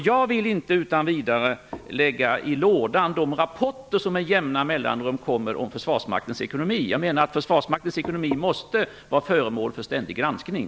Jag vill inte utan vidare lägga de rapporter som med jämna mellanrum kommer om försvarsmaktens ekonomi i lådan. Jag menar att försvarsmaktens ekonomi måste vara föremål för ständig granskning.